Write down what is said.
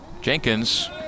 Jenkins